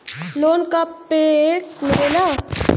Loan का का पे मिलेला?